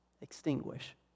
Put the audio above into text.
extinguish